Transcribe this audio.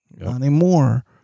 anymore